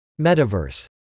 Metaverse